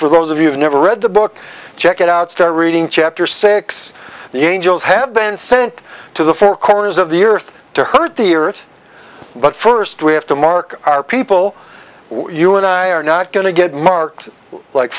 for those of you never read the book check it out start reading chapter six the angels have been sent to the four corners of the earth to hurt the earth but first we have to mark our people you and i are not going to get marked like